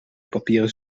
papieren